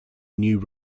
new